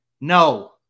No